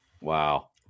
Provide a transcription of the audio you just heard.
Wow